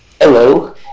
Hello